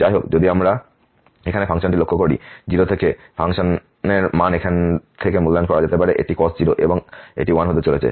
যাইহোক যদি আমরা এখানে ফাংশনটি লক্ষ্য করি 0 থেকে ফাংশনের মান এখান থেকে মূল্যায়ন করা যেতে পারে এটি cos 0 এবং এটি 1 হতে চলেছে